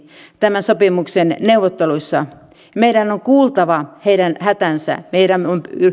tämän sopimuksen neuvotteluissa meidän on kuultava heidän hätänsä meidän on